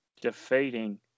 defeating